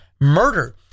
murder